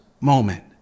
moment